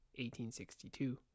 1862